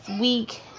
week